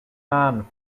mann